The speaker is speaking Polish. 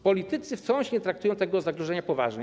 Politycy wciąż nie traktują tego zagrożenia poważnie.